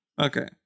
Okay